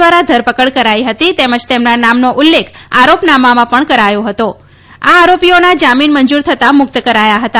દ્વારા ધર કડ કરાઇ હતી તેમ તેમના નામન ઉલ્લેખ આરા નામામાં ણ કરાય હત આ આરત્તીઓના જામીન મંજુર થતા મુક્ત કરાયા હતા